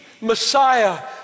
Messiah